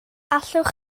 allwch